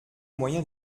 moyen